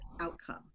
outcome